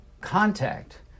contact